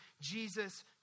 Jesus